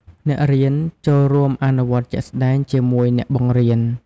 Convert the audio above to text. អ្នករៀនចូលរួមអនុវត្តជាក់ស្តែងជាមួយអ្នកបង្រៀន។